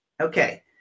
Okay